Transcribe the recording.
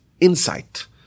insight